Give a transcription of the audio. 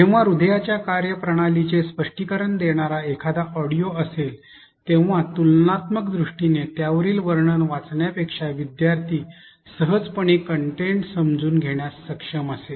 जेव्हा हृदयाच्या कार्यप्रणालीचे स्पष्टीकरण देणारा एखादा ऑडिओ असेल तेव्हा तुलनात्मक दृष्टीने त्यावरील वर्णन वाचण्यापेक्षा विद्यार्थी सहजपणे कंटेंट समजून घेण्यास सक्षम असेल